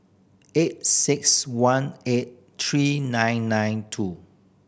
eight six one eight three nine nine two